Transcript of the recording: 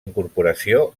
incorporació